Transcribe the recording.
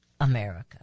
America